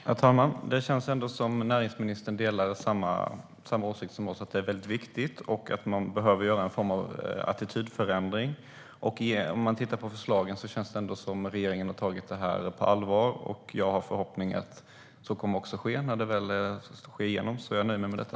Herr talman! Det känns ändå som att näringsministern delar vår åsikt att det är väldigt viktigt och att man behöver göra en attitydförändring. Om man tittar på förslagen verkar det som att regeringen har tagit detta på allvar. Jag har förhoppningen att så kommer att ske när det väl går igenom. Jag nöjer mig med detta.